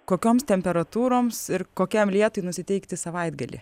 kokioms temperatūroms ir kokiam lietui nusiteikti savaitgalį